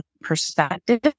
perspective